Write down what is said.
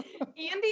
Andy